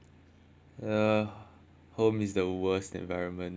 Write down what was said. home is the worst environment